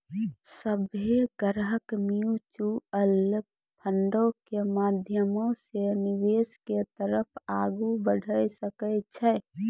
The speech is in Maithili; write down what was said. सभ्भे ग्राहक म्युचुअल फंडो के माध्यमो से निवेश के तरफ आगू बढ़ै सकै छै